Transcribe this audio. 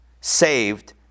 saved